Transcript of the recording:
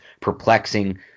perplexing